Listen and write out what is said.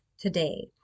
today